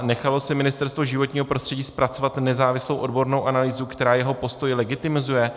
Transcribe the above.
Nechalo si Ministerstvo životního prostředí zpracovat nezávislou odbornou analýzu, která jeho postoj legitimizuje?